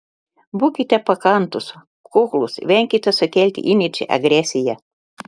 būkite pakantūs kuklūs venkite sukelti įniršį agresiją